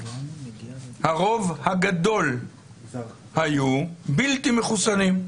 הרוב הגדול היו בלתי מחוסנים.